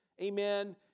amen